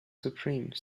supreme